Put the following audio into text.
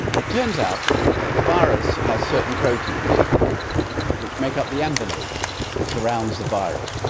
it turns out that the virus has certain proteins in it which make up the envelope that surrounds the virus.